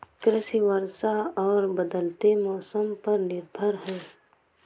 कृषि वर्षा और बदलते मौसम पर निर्भर है